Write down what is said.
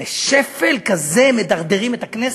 לשפל כזה מדרדרים את הכנסת?